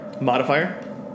Modifier